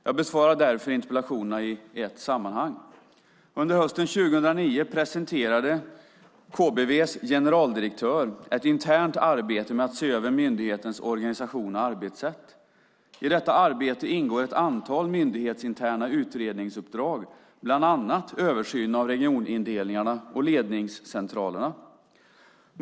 Jag besvarar därför interpellationerna i ett sammanhang. Under hösten 2009 presenterade KBV:s generaldirektör ett internt arbete med att se över myndighetens organisation och arbetssätt. I detta arbete ingår ett antal myndighetsinterna utredningsuppdrag, bland annat översynen av regionledningarna och ledningscentralerna.